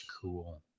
Cool